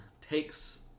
takes